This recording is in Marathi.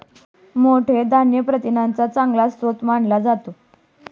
मोठ हे धान्य प्रथिनांचा चांगला स्रोत मानला जातो